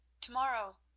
Tomorrow